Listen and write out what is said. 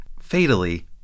fatally